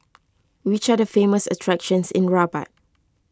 which are the famous attractions in Rabat